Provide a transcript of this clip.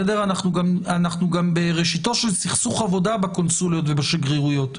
אנחנו גם בראשיתו של סכסוך עבודה בקונסוליות ובשגרירויות,